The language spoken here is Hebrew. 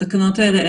לגבי התקנות האלה,